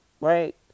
right